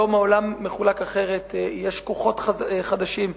היום העולם מחולק אחרת, יש כוחות חדשים שעולים,